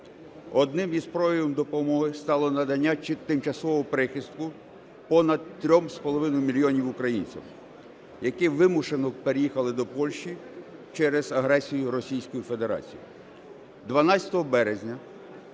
Одним із проявів допомоги стало надання тимчасового прихистку понад 3,5 мільйонам українцям, які вимушено переїхали до Польщі через агресію Російської Федерації.